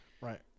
Right